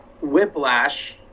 Whiplash